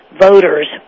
voters